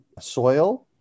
soil